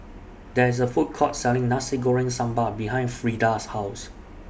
There IS A Food Court Selling Nasi Goreng Sambal behind Frieda's House